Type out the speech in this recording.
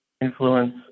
influence